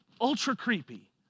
ultra-creepy